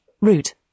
Root